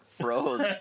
froze